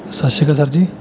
ਸਤਿ ਸ਼੍ਰੀ ਅਕਾਲ ਸਰ ਜੀ